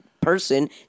person